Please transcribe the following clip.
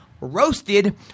Roasted